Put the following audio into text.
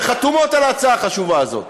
שחתומות על ההצעה החשובה הזאת,